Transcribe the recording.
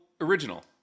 original